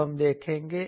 अब हम देखेंगे